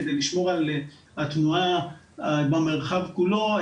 כדי לשמור על התנועה במרחב כולו,